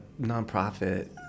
nonprofit